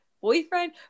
boyfriend